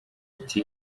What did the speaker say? ati